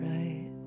Right